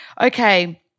Okay